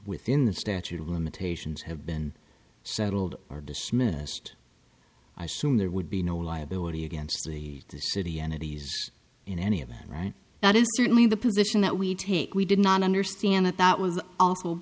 within the statute of limitations have been settled or dismissed i assume there would be no liability against the city entities in any of that right that is certainly the position that we take we did not understand that that was a